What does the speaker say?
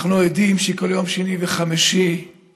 אנחנו יודעים שבכל שני וחמישי יש